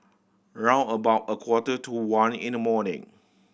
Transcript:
round about a quarter to one in the morning